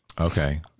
Okay